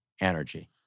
energy